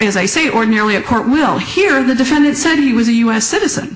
as i say ordinarily a court will hear the defendant said he was a u s citizen